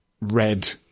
red